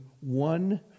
one